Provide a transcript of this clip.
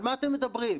על מה אתם מדברים?